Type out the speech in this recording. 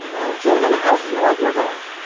well gentlemen, how do you like your dogs?